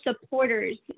supporters